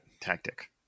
tactic